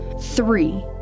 Three